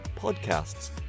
podcasts